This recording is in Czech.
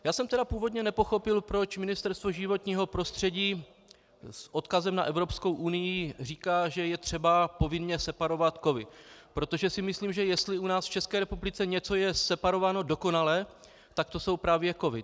Já jsem původně nepochopil, proč Ministerstvo životního prostředí s odkazem na Evropskou unii říká, že je třeba povinně separovat kovy, protože si myslím, že jestli u nás v České republice něco je separováno dokonale, tak to jsou právě kovy.